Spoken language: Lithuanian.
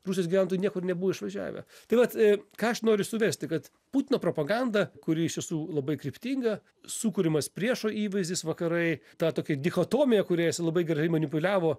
rusijos gyventojų niekur nebuvo išvažiavę tai vat ką aš noriu suvesti kad putino propaganda kuri iš tiesų labai kryptinga sukuriamas priešo įvaizdis vakarai ta tokia dichotomija kuria jisai labai gerai manipuliavo